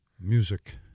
music